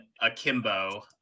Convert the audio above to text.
Akimbo